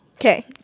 Okay